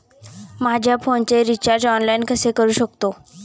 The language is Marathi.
माझ्या फोनचे रिचार्ज ऑनलाइन कसे करू शकतो?